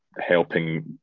helping